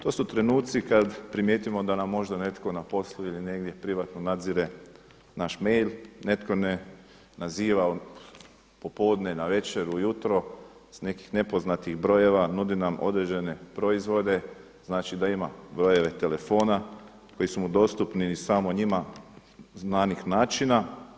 To su trenuci kad primijetimo da nam možda netko na poslu ili negdje privatno nadzire naš mail, netko naziva popodne, navečer, ujutro, s nekih nepoznatih brojeva, nudi nam određene proizvode, znači da ima brojeve telefona koji su mu dostupni iz samo njima znanih načina.